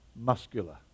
muscular